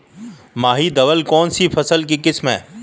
माही धवल कौनसी फसल की किस्म है?